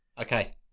Okay